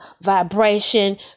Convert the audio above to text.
vibration